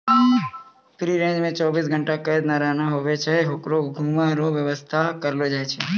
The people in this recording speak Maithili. फ्री रेंज मे चौबीस घंटा कैद नै रहना हुवै छै होकरो घुमै रो वेवस्था करलो जाय छै